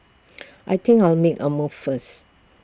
I think I'll make A move first